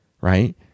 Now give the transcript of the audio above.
right